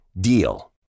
DEAL